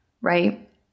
right